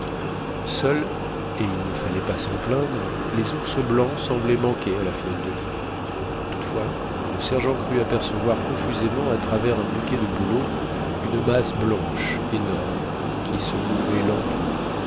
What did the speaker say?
seuls et il ne fallait pas s'en plaindre les ours blancs semblaient manquer à la faune de l'île toutefois le sergent crut apercevoir confusément à travers un bouquet de bouleaux une masse blanche énorme qui se mouvait lentement